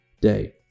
day